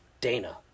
Dana